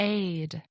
aid